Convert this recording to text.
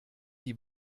die